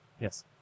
Yes